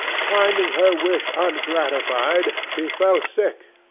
finding her wish ungratified, she fell sick,